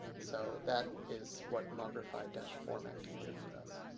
so that is what mogrify format can do for us.